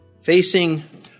Facing